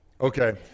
Okay